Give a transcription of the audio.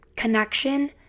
Connection